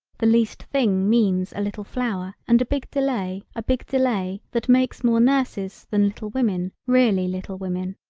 the least thing means a little flower and a big delay a big delay that makes more nurses than little women really little women.